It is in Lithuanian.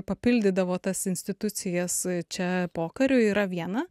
papildydavo tas institucijas čia pokariu yra viena